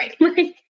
Right